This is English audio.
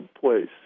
place